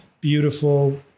Beautiful